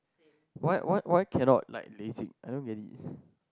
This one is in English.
why why why cannot like lasik I don't get it